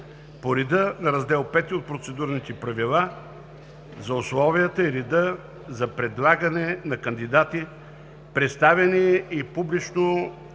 по реда на Раздел V от Процедурните правила за условията и реда за предлагане на кандидати, представяне и публично